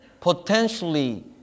potentially